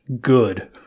good